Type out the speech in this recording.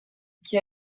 qui